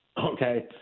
Okay